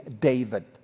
David